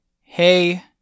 Hey